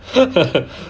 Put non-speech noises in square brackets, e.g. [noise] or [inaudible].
[laughs]